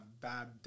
bad